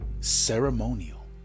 ceremonial